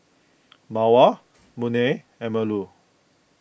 Mawar Munah and Melur